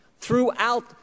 Throughout